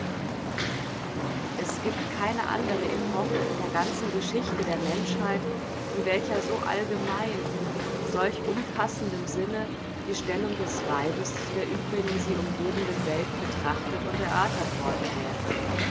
es gibt keine andre epoche in der ganzen geschichte der menschheit in welcher so allgemein in solch umfassendem sinne die stellung des weibes zu der übrigen sie umgebenden welt betrachtet und erörtert worden wäre